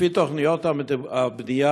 לפי תוכניות הבנייה,